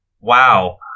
Wow